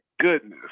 goodness